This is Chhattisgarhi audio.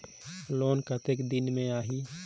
लोन कतेक दिन मे आही?